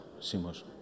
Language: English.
Simos